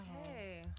okay